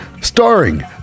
starring